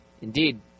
indeed